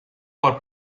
por